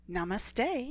Namaste